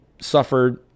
suffered